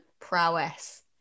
prowess